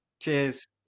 cheers